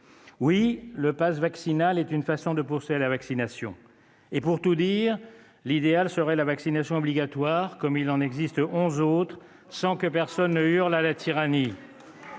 Oui, le passe vaccinal est une façon de pousser à la vaccination. Pour tout dire, l'idéal serait la vaccination obligatoire : il en existe onze autres sans que personne ne hurle à la tyrannie